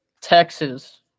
Texas